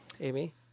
Amy